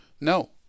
No